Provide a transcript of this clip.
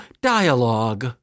dialogue